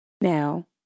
Now